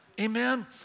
Amen